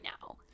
now